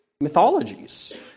mythologies